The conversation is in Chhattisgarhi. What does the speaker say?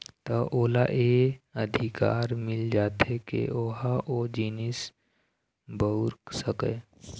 त ओला ये अधिकार मिल जाथे के ओहा ओ जिनिस बउर सकय